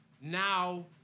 Now